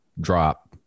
drop